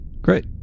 Great